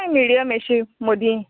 medium येशी मोदीं